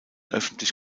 öffentlich